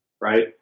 Right